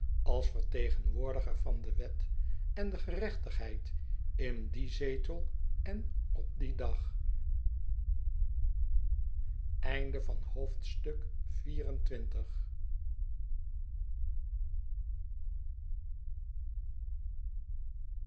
als vertegenwoordiger van de wet en de gerechtigheid in dien zetel en op dien dag xxv